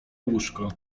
łóżko